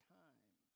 time